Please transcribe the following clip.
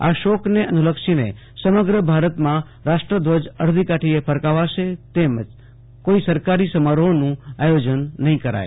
આ શોકને અનુ લક્ષીને સમગ્ર ભારતમાં રાષ્ટ્ર ધ્વજ અડધી કાઠીએ ફરકાવાશે તેમજ કોઇ સરકારી સમારોહનું આયોજન નહીં કરાય